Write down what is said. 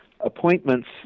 appointments